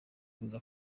kuza